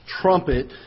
trumpet